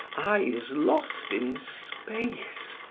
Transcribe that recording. eyes lost in space,